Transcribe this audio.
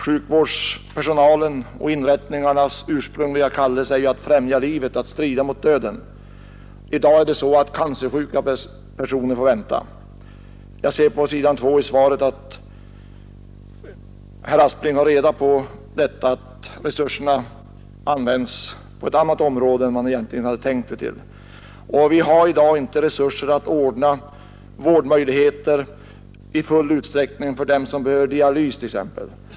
Sjukvårdspersonalens och sjukvårdsinrättningarnas ursprungliga uppgift är ju att främja livet och att strida mot döden. I dag får cancersjuka personer vänta på behandling. Jag ser i svaret att statsrådet Aspling har reda på att resurserna används för ett annat område än de från början var tänkta för. Vi har i dag inte resurser att ordna vårdmöjligheter i full utsträckning t.ex. för dem som behöver dialys.